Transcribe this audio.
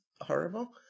horrible